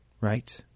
right